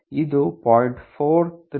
ಇದು 0